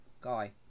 guy